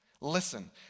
Listen